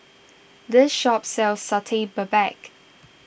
this shop sells Satay Babat